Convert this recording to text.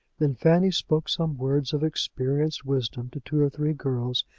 then fanny spoke some words of experienced wisdom to two or three girls,